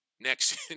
next